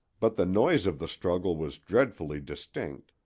but the noise of the struggle was dreadfully distinct,